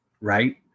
right